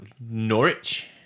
Norwich